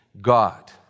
God